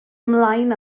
ymlaen